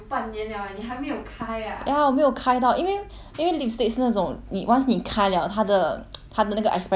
ya 我没有开到因为因为 lipstick 是那种你 once 你开 liao 他的他的那个 expiry date 就是从那一天开始 mah